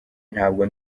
ntabwo